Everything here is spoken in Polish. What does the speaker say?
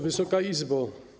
Wysoka Izbo!